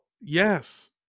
Yes